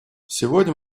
сегодня